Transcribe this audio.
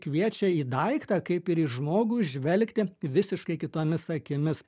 kviečia į daiktą kaip į žmogų žvelgti visiškai kitomis akimis